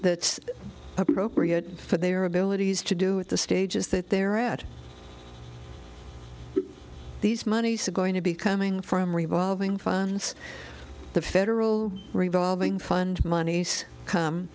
that's appropriate for their abilities to do at the stages that they're at these monies are going to be coming from revolving funds the federal revolving fund monies come